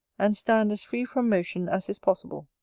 and stand as free from motion as is possible.